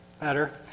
better